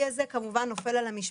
היא עברה לאיתנים.